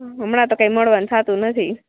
હમણાં તો કાંઇ મળવાનું થાતું નથી